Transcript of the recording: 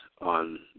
on